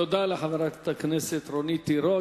תודה לחברת הכנסת רונית תירוש.